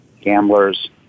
gamblers